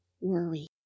worry